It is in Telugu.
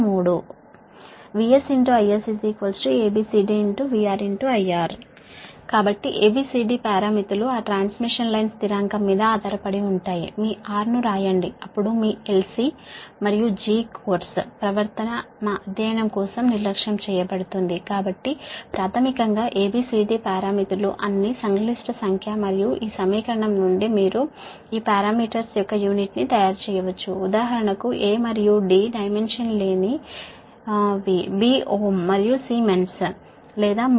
VS IS A B C D VR IR కాబట్టి A B C D parameters ఆ ట్రాన్స్మిషన్ లైన్ కాంస్టాంట్ మీద ఆధారపడి ఉంటాయి మీ R ను వ్రాయాలి అప్పుడు మీ L C మరియు G కోర్సు కండెక్టన్స్ అనేది నెగ్లెక్ట్ చేయబడుతుంది మన అధ్యయనం కోసం కాబట్టి ప్రాథమికంగా A B C D parameters అన్నీ కాంప్లెక్స్ సంఖ్య మరియు ఈ సమీకరణం నుండి మీరు ఈ పారామీటర్స్ యొక్క యూనిట్ను తయారు చేయవచ్చు ఉదాహరణకు A మరియు D కు డైమెన్షన్ లేవు B కు Ω మరియుC కు సిమెన్స్ లేదా మో